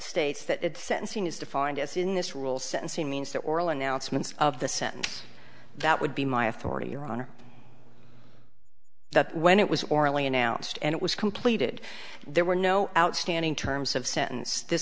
states that it's sentencing is defined as in this rule sentencing means that oral announcements of the sentence that would be my authority your honor that when it was orally announced and it was completed there were no outstanding terms of sentence this